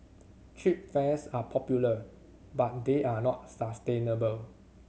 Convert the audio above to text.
cheap fares are popular but they are not sustainable